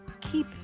keep